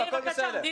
הכול בסדר.